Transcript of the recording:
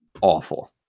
awful